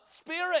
Spirit